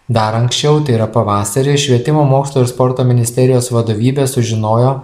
dar anksčiau tai yra pavasarį švietimo mokslo ir sporto ministerijos vadovybė sužinojo